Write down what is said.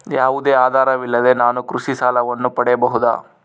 ಯಾವುದೇ ಆಧಾರವಿಲ್ಲದೆ ನಾನು ಕೃಷಿ ಸಾಲವನ್ನು ಪಡೆಯಬಹುದಾ?